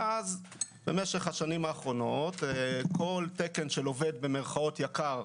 במשך השנים האחרונות כל תקן של עובד "יקר"